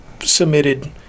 submitted